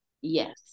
Yes